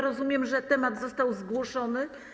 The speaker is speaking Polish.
Rozumiem, że temat został zgłoszony.